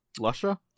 Russia